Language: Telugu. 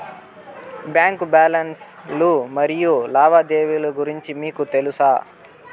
బ్యాంకు బ్యాలెన్స్ లు మరియు లావాదేవీలు గురించి మీకు తెల్సా?